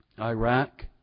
Iraq